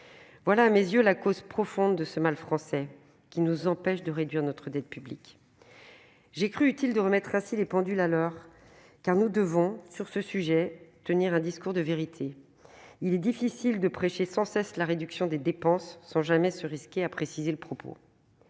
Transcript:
Voilà, à mes yeux, la cause profonde de ce mal français, qui nous empêche de réduire notre dette publique. J'ai cru utile de remettre ainsi les pendules à l'heure, car nous devons, sur ce sujet, tenir un discours de vérité. Il est trop facile de prêcher sans cesse la réduction des dépenses publiques sans jamais se risquer à préciser le propos.